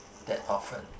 that often